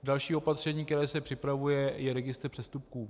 Další opatření, které se připravuje, je registr přestupků.